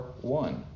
one